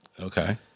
Okay